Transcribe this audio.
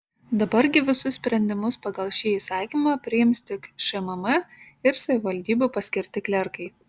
dabar gi visus sprendimus pagal šį įsakymą priims tik šmm ir savivaldybių paskirti klerkai